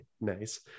Nice